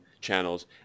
channels